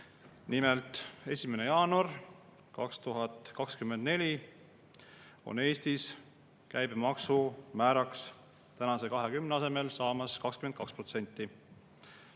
Nimelt, 1. jaanuaril 2024 on Eestis käibemaksu määraks tänase 20% asemel saamas 22%.